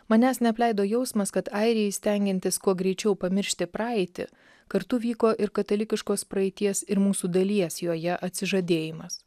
manęs neapleido jausmas kad airijai stengiantis kuo greičiau pamiršti praeitį kartu vyko ir katalikiškos praeities ir mūsų dalies joje atsižadėjimas